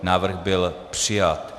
Návrh byl přijat.